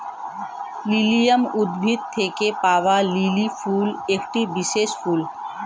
lilium উদ্ভিদ থেকে পাওয়া লিলি ফুল একটি বিশেষ ফুল